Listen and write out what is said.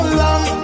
long